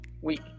week